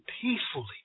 peacefully